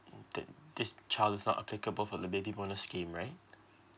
the this child is not applicable for the baby bonus scheme right